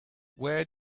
where